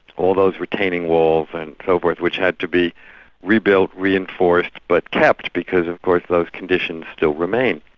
all those retaining walls and so forth which had to be rebuilt, reinforced, but kept, because of course those conditions still remain.